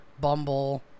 Bumble